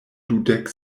dudek